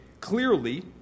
clearly